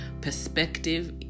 perspective